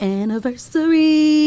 anniversary